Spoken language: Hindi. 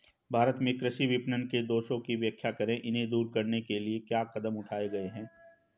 भारत में कृषि विपणन के दोषों की व्याख्या करें इन्हें दूर करने के लिए क्या कदम उठाए गए हैं?